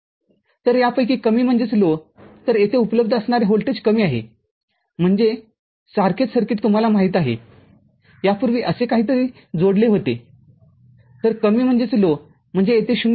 तर यापैकी कमीतर येथे उपलब्ध असणारे व्होल्टेज कमीआहे म्हणजे सारखेच सर्किटतुम्हाला माहिती आहे यापूर्वी असे काहीतरी जोडले होते तर कमी म्हणजे येथे 0